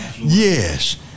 Yes